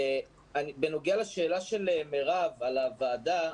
בנוגע לשאלת מירב על הוועדה,